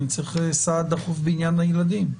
אני צריך סעד דחוף בעניין הילדים.